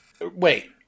Wait